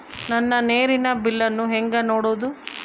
ನನ್ನ ನೇರಿನ ಬಿಲ್ಲನ್ನು ಹೆಂಗ ನೋಡದು?